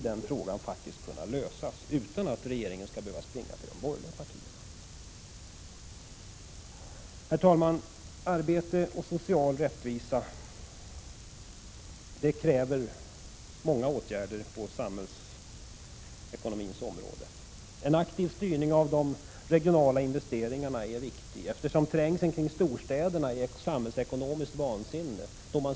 Den frågan bör kunna lösas utan att regeringen springer till de borgerliga partierna. Herr talman! Arbete och social rättvisa kräver många åtgärder på samhällsekonomins område. En aktiv styrning av de regionala investeringarna är viktig, eftersom trängseln runt storstäderna är ett samhällsekonomiskt vansinne.